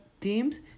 teams